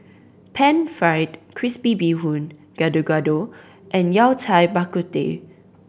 Pan Fried Crispy Bee Hoon Gado Gado and Yao Cai Bak Kut Teh